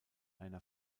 einer